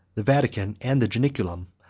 the vatican and the janiculum,